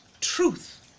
truth